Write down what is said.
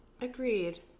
Agreed